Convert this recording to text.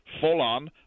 full-on